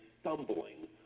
stumbling